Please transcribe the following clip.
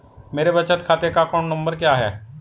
मेरे बचत खाते का अकाउंट नंबर क्या है?